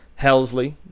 Helsley